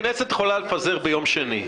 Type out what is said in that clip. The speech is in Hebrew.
הכנסת יכולה לפזר ביום שני.